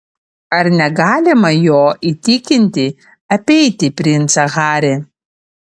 ar negalima jo įtikinti apeiti princą harį